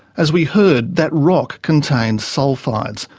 as we heard, that rock contains sulphides,